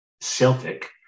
Celtic